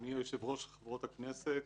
אדוני היושב-ראש, חברות הכנסת,